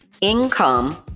income